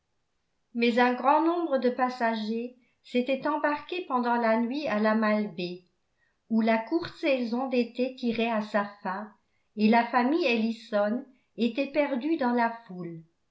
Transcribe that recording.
mais un grand nombre de passagers s'étaient embarqués pendant la nuit à la malbaie où la courte saison d'été tirait à sa fin et la famille ellison était perdue dans la foule